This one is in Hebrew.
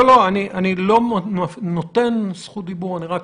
אני לא נותן זכות דיבור, אני רק